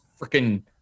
freaking